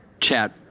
chat